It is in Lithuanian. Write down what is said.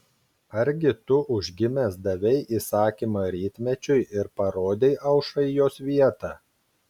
argi tu užgimęs davei įsakymą rytmečiui ir parodei aušrai jos vietą